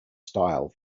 style